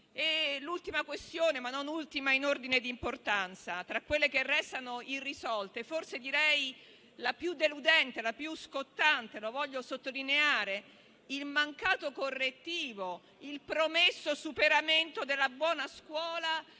Ultima questione, ma non ultima in ordine di importanza, tra quelle che restano irrisolte, forse direi la più deludente, la più scottante - lo voglio sottolineare - è il mancato correttivo, il promesso superamento della legge sulla